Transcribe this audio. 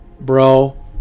bro